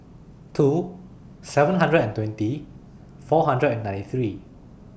two seven hundred and twenty four hundred and ninety three